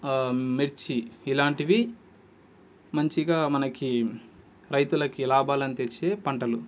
మిర్చి ఇలాంటివి మంచిగా మనకి రైతులకు లాభాలను తెచ్చే పంటలు